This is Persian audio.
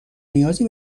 نیازی